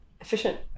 efficient